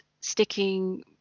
sticking